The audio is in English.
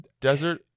Desert